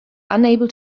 unable